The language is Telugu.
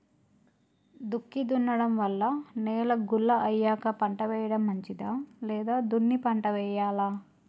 దుక్కి దున్నడం వల్ల నేల గుల్ల అయ్యాక పంట వేయడం మంచిదా లేదా దున్ని పంట వెయ్యాలా?